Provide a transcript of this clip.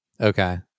Okay